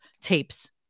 tapes